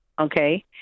okay